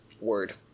Word